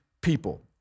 people